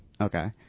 Okay